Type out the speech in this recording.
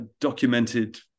documented